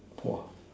poor